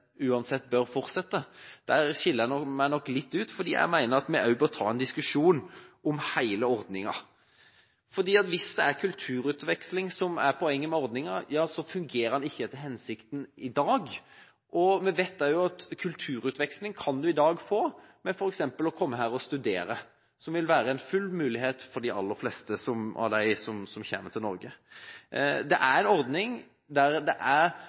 uansett bør fortsette. Der skiller jeg meg nok litt ut. Jeg mener vi bør ta en diskusjon om hele ordningen, for hvis det er kulturutveksling som er poenget med ordningen, fungerer den ikke etter hensikten i dag. Vi vet også at kulturutveksling kan man i dag få til ved f.eks. å komme hit og studere, noe som vil være fullt mulig for de aller fleste av dem som kommer til Norge. Det er en ordning med stor risiko for at det kan være utnyttelse, fordi det er